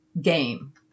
game